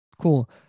Cool